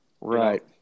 Right